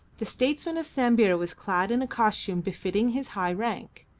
the statesman of sambir was clad in a costume befitting his high rank.